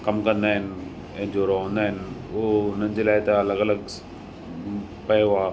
कम कंदा आहिनि ऐं जो रहंदा आहिनि उहो हुननि जे लाइ त अलॻि अलॻि पियो आहे